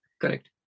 Correct